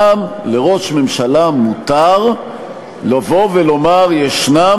גם לראש הממשלה מותר לבוא ולומר: יש כמה